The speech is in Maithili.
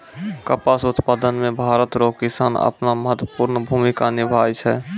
कपास उप्तादन मे भरत रो किसान अपनो महत्वपर्ण भूमिका निभाय छै